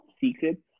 secrets